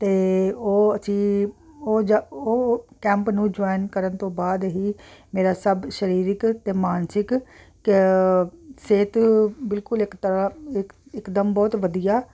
ਅਤੇ ਉਹ ਜੀ ਉਹ ਜਾ ਉਹ ਕੈਂਪ ਨੂੰ ਜੁਆਇਨ ਕਰਨ ਤੋਂ ਬਾਅਦ ਹੀ ਮੇਰਾ ਸਭ ਸ਼ਰੀਰਿਕ ਅਤੇ ਮਾਨਸਿਕ ਕਿ ਸਿਹਤ ਬਿਲਕੁਲ ਇੱਕ ਤਰ੍ਹਾਂ ਇੱਕ ਇੱਕਦਮ ਬਹੁਤ ਵਧੀਆ